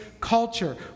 culture